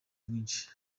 mwinshi